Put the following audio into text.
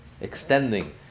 extending